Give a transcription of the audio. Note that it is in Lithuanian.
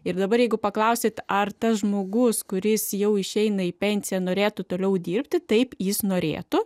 ir dabar jeigu paklausite ar tas žmogus kuris jau išeina į pensiją norėtų toliau dirbti taip jis norėtų